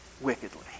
wickedly